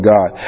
God